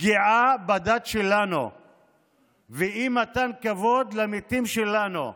פגיעה בדת שלנו ואי-מתן כבוד למתים שלנו.